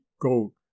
goat